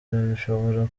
bishobora